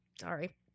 Sorry